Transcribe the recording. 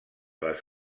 les